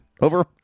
over